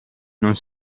non